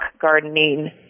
gardening